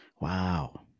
Wow